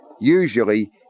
usually